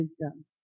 wisdom